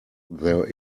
there